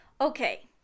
Okay